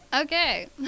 Okay